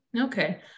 Okay